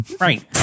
Right